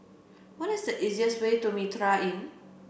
what is the easiest way to Mitraa Inn